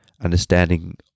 understanding